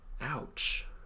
Ouch